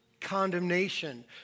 condemnation